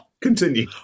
Continue